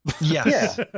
Yes